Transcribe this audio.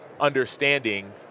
understanding